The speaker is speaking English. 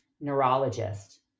neurologist